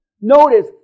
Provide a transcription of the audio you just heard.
Notice